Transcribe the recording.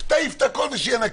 תעיף את הכול ושיהיה נקי?